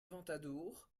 ventadour